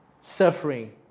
suffering